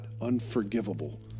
unforgivable